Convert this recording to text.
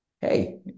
Hey